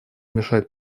мешать